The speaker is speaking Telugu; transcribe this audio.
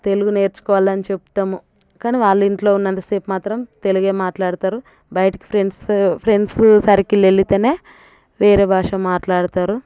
తెలుగు నేర్చుకోవాలని చెప్తాము కానీ వాళ్ళు ఇంట్లో ఉన్నంత సేపు మాత్రం తెలుగే మాట్లాడతారు బయటికి ఫ్రెండ్స్ ఫ్రెండ్స్ సర్కిల్ వెళ్ళితేనే వేరే భాష మాట్లాడతారు